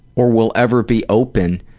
or will ever be open,